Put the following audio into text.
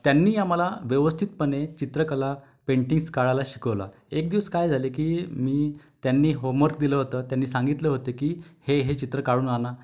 त्यांनी आम्हाला व्यवस्थितपणे चित्रकला पेंटिग्स काढायला शिकवलं एक दिवस काय झाले की मी त्यांनी होमवर्क दिलं होतं त्यांनी सांगितलं होतं की हे हे चित्र काढून आणा